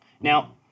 Now